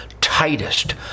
tightest